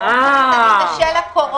מי מגיש את הבקשה הזאת?